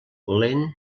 lent